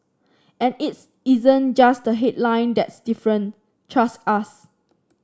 and its isn't just the headline that's different trust us